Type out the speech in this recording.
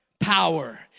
Power